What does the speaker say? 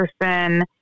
person